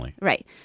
right